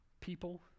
people